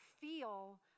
feel